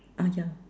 ah ya